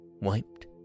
wiped